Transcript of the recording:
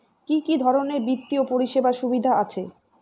কি কি ধরনের বিত্তীয় পরিষেবার সুবিধা আছে?